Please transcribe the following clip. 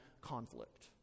conflict